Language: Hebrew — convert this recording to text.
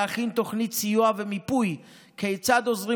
להכין תוכנית סיוע ומיפוי כיצד עוזרים